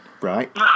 Right